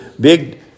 big